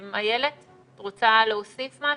איילת, את רוצה להוסיף משהו.